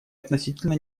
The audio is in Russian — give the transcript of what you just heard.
относительно